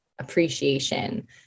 Appreciation